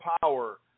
power